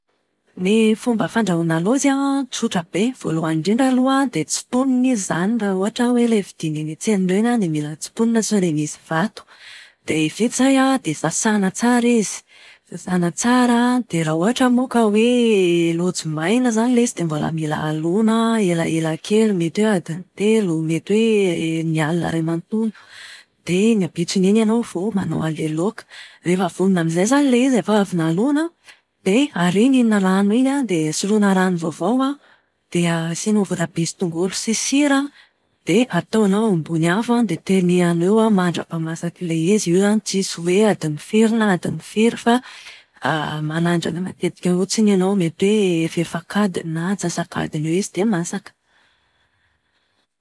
Ny fomba fandrahoana lojy an, tsotra be. Voalohany indrindra aloha an, dia tsimponina izy izany raha hoe ilay vidiana eny an-tsena an, dia mila tsimponina sao dia misy vato. Dia vita izay an, dia sasana tsara izy. Sasana tsara dia raha ohatra moa ka hoe lojy maina izany ilay izy dia mbola mila alona elaela kely. Mety hoe adiny telo, mety hoe ny alina iray manontolo. Dia ny ampitson'iny ianao vao manao an'ilay laoka. Rehefa vonona amin'izay izany ilay izy rehefa avy nalona an, dia arina iny rano iny an, dia soloina rano vaovao an, dia asianao voatabia sy tongolo sy sira. Dia ataonao eo ambony afo an, dia tenehana eo mandrapahamasak'ilay izy. Io izany tsisy hoe adiny firy na adiny firy fa manandrana matetika fotsiny ianao. Mety hoe fefak'adiny na atsasak'adiny eo izy dia masaka.